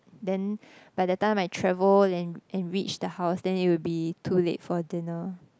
then by the time I travel and and reach the house then it would be too late for dinner